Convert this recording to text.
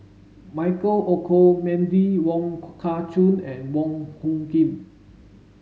Michael Olcomendy Wong Kah Chun and Wong Hung Khim